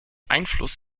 einfluss